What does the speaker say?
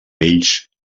bells